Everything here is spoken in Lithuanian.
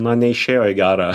na neišėjo į gerą